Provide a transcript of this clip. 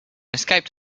escaped